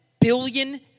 billion